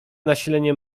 nasilenie